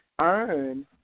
earn